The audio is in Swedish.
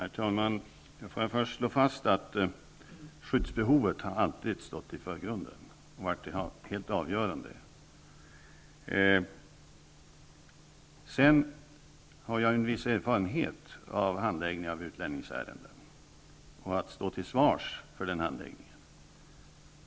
Herr talman! Först vill jag slå fast att skyddsbehovet alltid har varit i förgrunden, att det alltid har varit helt avgörande. Jag har viss erfarenhet av handläggningen av utlänningsärenden och av att stå till svars för den handläggningen.